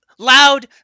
Loud